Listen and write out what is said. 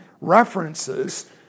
references